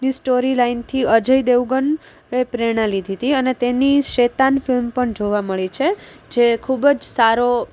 ની સ્ટોરી લાઈનથી અજય દેવગન એ પ્રેરણા લીધી તી અને તેની શેતાન ફિલ્મ પણ જોવા મળી છે જે ખૂબ જ સારો